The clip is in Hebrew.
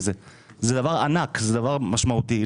זה דבר ענק ומשמעותי.